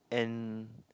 and